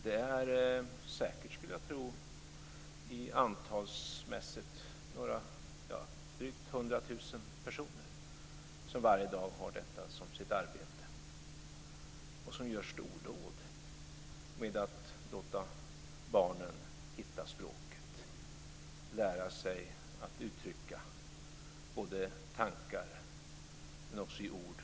Jag skulle tro att det är drygt 100 000 personer som varje dag har detta som sitt arbete och som gör stordåd med att låta barnen hitta språket och lära sig att både uttrycka tankar och ge ord åt känslor.